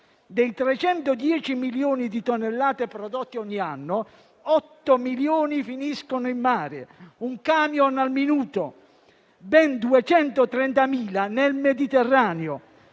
Dei 310 milioni di tonnellate prodotte ogni anno, 8 milioni finiscono in mare (un camion al minuto) e ben 230.000 nel Mediterraneo.